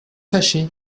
fâché